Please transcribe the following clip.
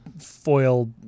foil